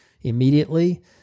immediately